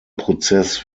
prozess